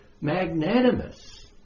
magnanimous